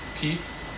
peace